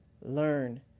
learn